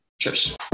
Cheers